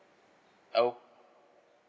oh